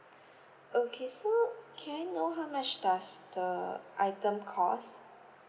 okay so can I know how much does the item cost